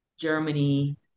Germany